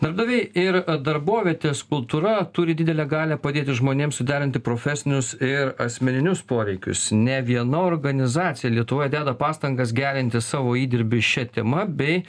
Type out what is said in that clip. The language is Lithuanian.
darbdaviai ir darbovietės kultūra turi didelę galią padėti žmonėms suderinti profesinius ir asmeninius poreikius ne viena organizacija lietuvoje deda pastangas gerinti savo įdirbį šia tema bei